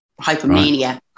hypomania